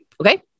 okay